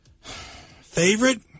favorite